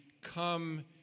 come